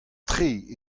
tre